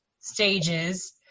stages